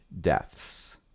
deaths